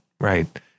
right